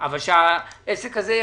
אתה משרד החינוך.